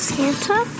Santa